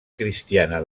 cristiana